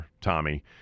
Tommy